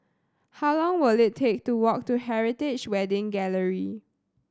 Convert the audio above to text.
how long will it take to walk to Heritage Wedding Gallery